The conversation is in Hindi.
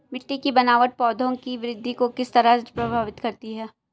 मिटटी की बनावट पौधों की वृद्धि को किस तरह प्रभावित करती है?